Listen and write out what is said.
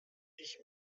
ich